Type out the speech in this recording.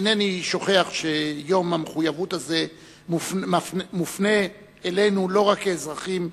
אינני שוכח שיום המחויבות הזה מופנה אלינו לא רק כאזרחים,